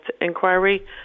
Inquiry